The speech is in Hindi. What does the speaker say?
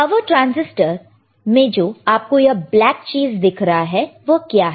पावर ट्रांसिस्टर में जो आपको यह ब्लैक चीज दिख रहा हैं तो वह क्या है